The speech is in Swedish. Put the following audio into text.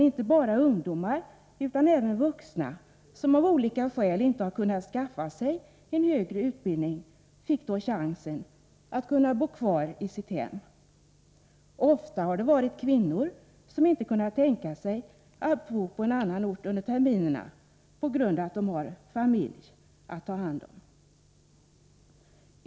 Inte bara ungdomar utan även vuxna, som av olika skäl inte kunnat skaffa sig en högre utbildning, fick då chansen att gå igenom en utbildning och samtidigt kunna bo kvar i sitt hem. Ofta har det varit kvinnor, som inte kunnat tänka sig att bo på annan ort under terminerna på grund av att de har familj att ta hand om.